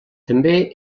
també